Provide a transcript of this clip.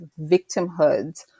victimhood